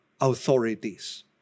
authorities